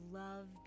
love